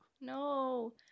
No